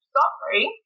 Sorry